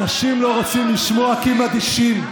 אנשים לא רוצים לשמוע כי הם אדישים.